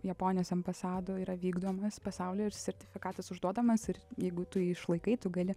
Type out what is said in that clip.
japonijos ambasadoj yra vykdomas pasaulyje ir sertifikatas išduodamas ir jeigu tu jį išlaikai tu gali